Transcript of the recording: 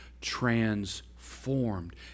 transformed